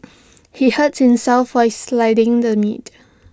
he hurt himself while sliding the meat